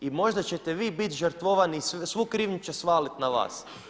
I možda ćete vi biti žrtvovani, svu krivnju će svaliti na vas.